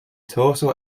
torso